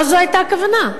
לא זאת היתה הכוונה.